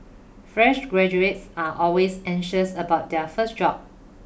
fresh graduates are always anxious about their first job